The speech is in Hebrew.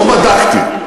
לא בדקתי.